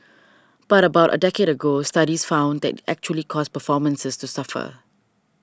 but about a decade ago studies found that it actually caused performances to suffer